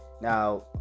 now